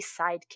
sidekick